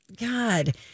God